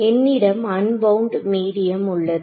என்னிடம் unbound medium உள்ளது